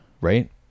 right